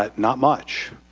um not much.